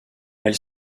elle